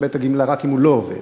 הגמלה רק אם הוא לא עובד?